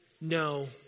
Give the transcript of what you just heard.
No